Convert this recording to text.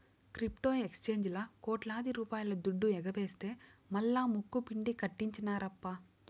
crypto ఎక్సేంజీల్లా కోట్లాది రూపాయల దుడ్డు ఎగవేస్తె మల్లా ముక్కుపిండి కట్టించినార్ప